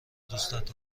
دوستت